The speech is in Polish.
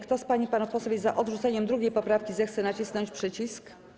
Kto z pań i panów posłów jest za odrzuceniem 2. poprawki, zechce nacisnąć przycisk.